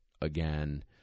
again